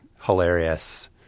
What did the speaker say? hilarious